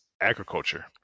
agriculture